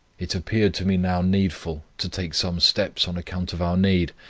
it appeared to me now needful to take some steps on account of our need,